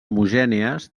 homogènies